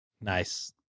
Nice